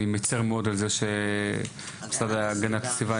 אני מצטער מאוד על זה שמשרד הגנת הסביבה,